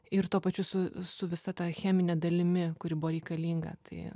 ir tuo pačiu su su visa ta chemine dalimi kuri buvo reikalinga tai